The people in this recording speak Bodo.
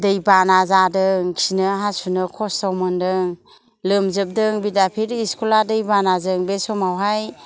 दैबाना जादों खिनो हासुनो खस्थ' मोन्दों लोमजोबदों बिद्दाफिद इस्कुला दैबानाजों बे समावहाय